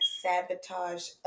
sabotage